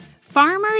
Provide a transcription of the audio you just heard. Farmers